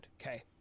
okay